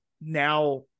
now